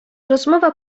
rozmowa